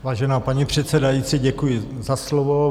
Vážená paní předsedající, děkuji za slovo.